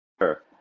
sure